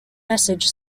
message